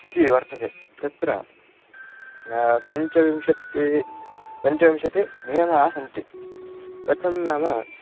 इति वर्तते तत्र पञ्चविंशतिः पञ्चविंशतिः नियमाः सन्ति कथं नाम